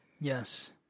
Yes